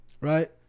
right